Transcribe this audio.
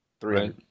three